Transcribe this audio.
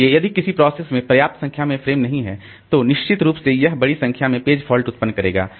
इसलिए यदि किसी प्रोसेस में पर्याप्त संख्या में फ़्रेम नहीं हैं तो निश्चित रूप से यह बड़ी संख्या में पेज फ़ाल्ट उत्पन्न करेगा